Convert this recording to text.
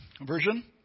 version